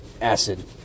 acid